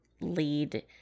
lead